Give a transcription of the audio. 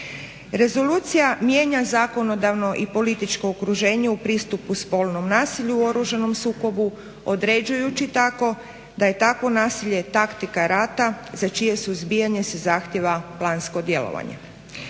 Rezolucija mijenja zakonodavno i političko okruženje u pristupu spolnom nasilju u oružanom sukobu određujući tako da je takvo nasilje taktika rata, za čije suzbijanje se zahtjeva plansko djelovanje.